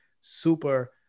super